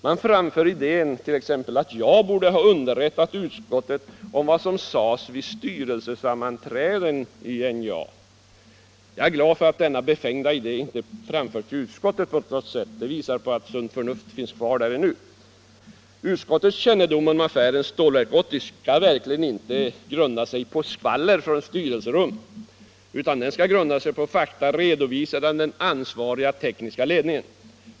Man framför idén att jag borde ha underrättat utskottet om vad som sades vid styrelsesammanträdena i NJA! Jag är glad att denna befängda idé inte har framförts i utskottet; det visar att sunt förnuft ännu finns kvar där. Utskottets kännedom om affären Stålverk 80 skall verkligen inte grunda sig på skvaller från styrelserummet utan på fakta redovisade av den ansvariga tekniska ledningen.